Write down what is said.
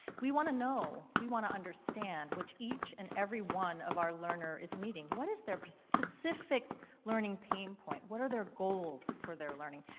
we want to know. we want to understand which each and every one of our learner is needing. what is their specific learning paying point? what are their goals for their learning?